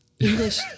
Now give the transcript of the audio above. English